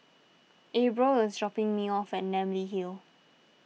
Abril is dropping me off at Namly Hill